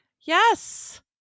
yes